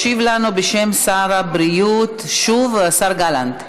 ישיב לנו בשם שר הבריאות שוב השר גלנט.